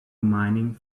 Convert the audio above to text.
mining